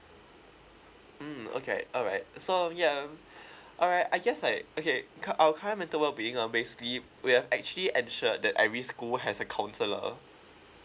mm okay alright so yeah um alright I guess like okay c~ our current mental wellbeing uh basically we have actually ensured that every school has a counsellor